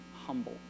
humble